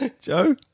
Joe